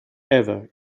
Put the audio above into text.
ever